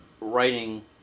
writing